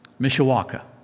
Mishawaka